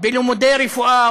בלימודי רפואה,